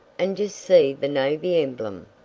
and just see the navy emblem.